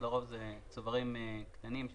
יורם יקבל